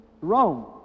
Rome